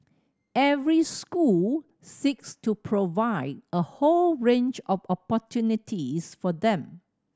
every school seeks to provide a whole range of opportunities for them